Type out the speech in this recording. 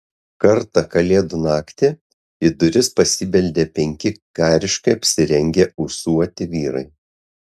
kartą kalėdų naktį į duris pasibeldė penki kariškai apsirengę ūsuoti vyrai